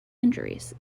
injuries